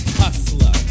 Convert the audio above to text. hustler